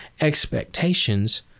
expectations